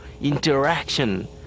interaction